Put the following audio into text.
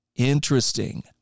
Interesting